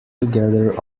together